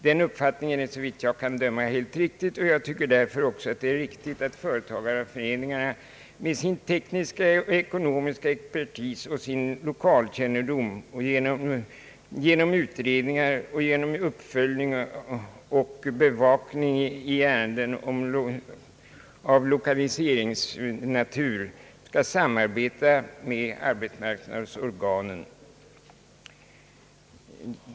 Den uppfattningen är såvitt jag kan bedöma helt riktig, och jag tycker därför också att det är riktigt att företagareföreningarna med sin tekniska och ekonomiska expertis och med sin lokalkännedom genom utredningar, uppföljning och bevakning i ärenden av lokaliseringsnatur skall samarbeta med arbetsmarknadsorganen.